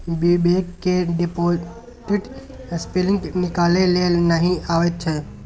बिबेक केँ deposit slip निकालै लेल नहि अबैत छै